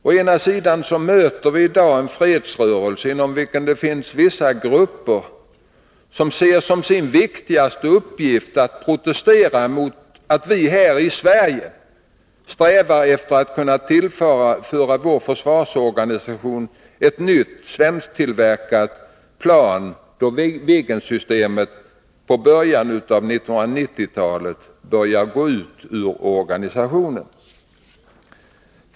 Å ena sidan möter vi i dag en fredsrörelse inom vilken vissa grupper ser som sin viktigaste uppgift att protestera mot att vi här i Sverige strävar efter att tillföra försvarsorganisationen ett nytt svensktillverkat plan, då Viggensystemet i början på 1990-talet börjar gå ut ur organisationen.